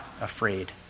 afraid